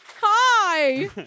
Hi